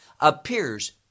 appears